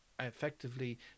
effectively